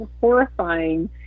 horrifying